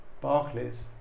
Barclays